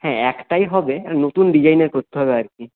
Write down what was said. হ্যাঁ একটাই হবে নতুন ডিজাইনের করতে হবে আর কি